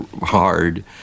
hard